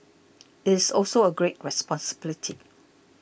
it's also a great responsibility